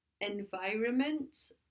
environment